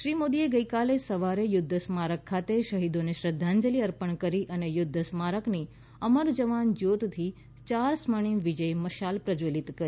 શ્રી મોદીએ ગઈકાલે સવારે યુદ્ધ સ્મારક ખાતે શહીદોને શ્રદ્ધાંજલિ અર્પણ કરી અને યુદ્ધ સ્મારકની અમર જવાન જ્યોતિથી યાર સ્વર્ણિમ વિજય મશાલ પ્રશ્વલિત કરી